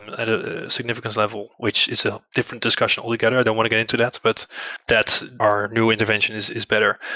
at a significance level, which is a different discussion altogether. i don't want to get into that, but that's our new intervention is is better.